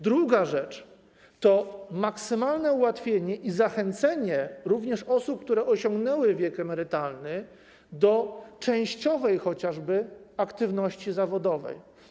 Druga rzecz to maksymalne ułatwienie i zachęcenie również osób, które osiągnęły wiek emerytalny, do chociażby częściowej aktywności zawodowej.